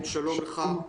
שלום לך.